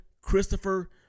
Christopher